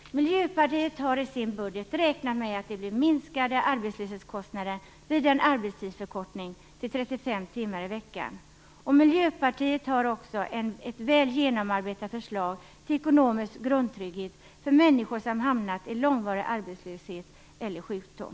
Miljöpartiet har i sin budget räknat med att det blir minskade arbetslöshetskostnader vid en arbetstidsförkortning till 35 timmar i veckan. Miljöpartiet har också ett väl genomarbetat förslag till ekonomisk grundtrygghet för människor som hamnat i långvarig arbetslöshet eller sjukdom.